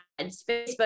Facebook